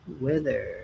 Weather